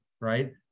right